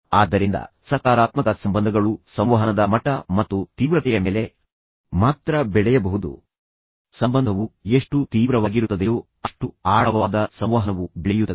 ಆದ್ದರಿಂದ ಸಕಾರಾತ್ಮಕ ಸಂಬಂಧಗಳು ಸಂವಹನದ ಮಟ್ಟ ಮತ್ತು ತೀವ್ರತೆಯ ಮೇಲೆ ಮಾತ್ರ ಬೆಳೆಯಬಹುದು ಸಂಬಂಧವು ಎಷ್ಟು ತೀವ್ರವಾಗಿರುತ್ತದೆಯೋ ಅಷ್ಟು ಆಳವಾದ ಸಂವಹನವು ಬೆಳೆಯುತ್ತದೆ